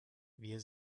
wir